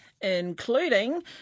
Including